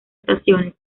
estaciones